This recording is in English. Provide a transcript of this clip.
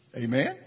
Amen